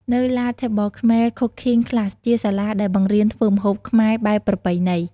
នៅ La Table Khmere Cooking Class ជាសាលាដែលបង្រៀនធ្វើម្ហូបខ្មែរបែបប្រពៃណី ។